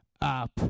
up